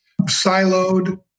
siloed